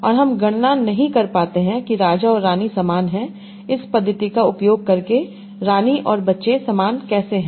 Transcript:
और हम गणना नहीं कर पाते की राजा और रानी समान हैं इस पद्धति का उपयोग करके रानी और बच्चे समान कैसे हैं